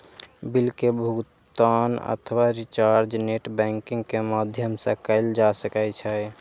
bill के भुगातन अथवा रिचार्ज नेट बैंकिंग के माध्यम सं कैल जा सकै छै